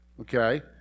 okay